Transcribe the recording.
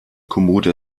kommode